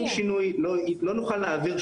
אנחנו כמובן נדאג לזה,